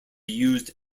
used